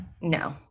No